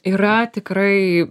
yra tikrai